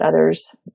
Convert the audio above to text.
others